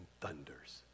thunders